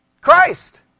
Christ